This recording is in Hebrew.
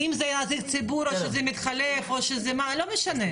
אם זה נציג ציבור או שזה מתחלף, לא משנה.